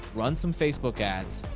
run some facebook ads.